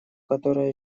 которое